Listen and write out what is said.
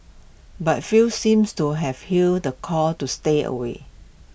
but few seemed to have heeded the call to stay away